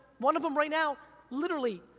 one of em right now literally,